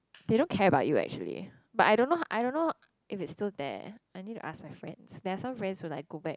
they don't care about you actually but I don't know I don't know if it's still there I need to ask my friends there are some friends who like go back